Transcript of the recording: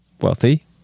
wealthy